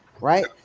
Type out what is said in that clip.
right